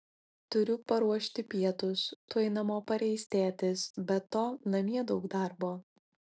turiu paruošti pietus tuoj namo pareis tėtis be to namie daug darbo